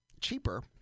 cheaper